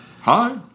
hi